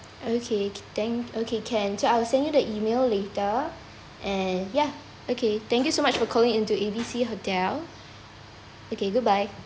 okay thank okay can so I will send you the email later and yeah okay thank you so much for calling into A B C hotel okay goodbye